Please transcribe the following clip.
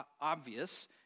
obvious